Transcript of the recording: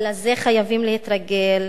אבל לזה חייבים להתרגל,